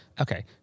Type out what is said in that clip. okay